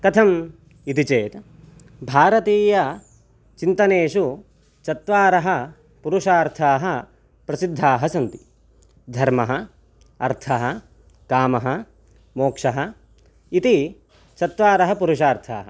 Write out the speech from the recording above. कथम् इति चेत् भारतीयचिन्तनेषु चत्वारः पुरुषार्थाः प्रसिद्धाः सन्ति धर्मः अर्थः कामः मोक्षः इति चत्वारः पुरुषार्थाः